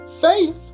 Faith